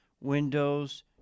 windows